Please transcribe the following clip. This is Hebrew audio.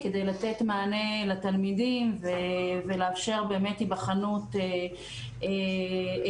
כדי לתת מענה לתלמידים ולאפשר באמת היבחנות אליהם.